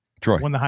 Troy